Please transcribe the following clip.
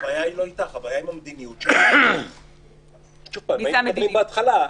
-- הבעיה עם המדיניות אם היינו מדברים בהתחלה.